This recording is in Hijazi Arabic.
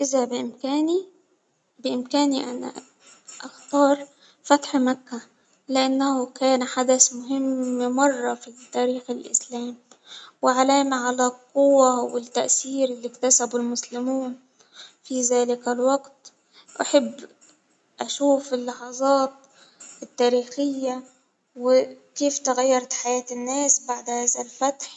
إذا بإمكاني بإمكاني أن أختار فتح مكة لأنه كان حدث مهم مرة في التاريخ الإسلامي، وعلامة على قوة والتأثير اللي إكتسبه المسلمون، في ذلك الوقت، أحب أشوف اللحظات التاريخية وكيف تغيرت حياة الناس بعد هذا الفتح.